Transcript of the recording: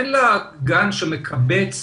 אין לה גן שמקבץ